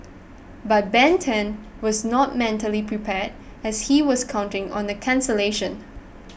but Ben Tan was not mentally prepared as he was counting on a cancellation